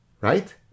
right